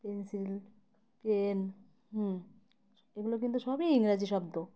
pencil pen এগুলো কিন্তু সবই ইংরাজি শব্দ